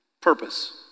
Purpose